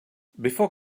before